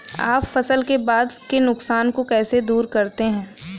आप फसल के बाद के नुकसान को कैसे दूर करते हैं?